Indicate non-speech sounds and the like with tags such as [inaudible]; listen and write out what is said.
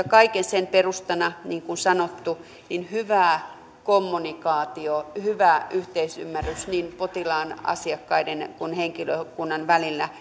[unintelligible] kaiken sen perustana niin kuin sanottu hyvä kommunikaatio hyvä yhteisymmärrys niin potilaan asiakkaiden kuin henkilökunnankin välillä [unintelligible]